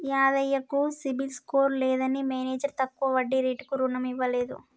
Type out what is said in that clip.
యాదయ్య కు CIBIL score లేదని manager తక్కువ వడ్డీ రేటుకు రుణం ఇవ్వలేదు